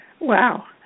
Wow